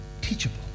teachable